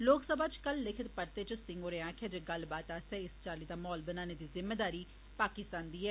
लोकसभा च कल इक लिखित परते च सिंह होरें आक्खेआ जे गल्लबात आस्तै इस चाल्ली दा माहौल बनाने दी जिम्मेदारी पाकिस्तान दी ऐ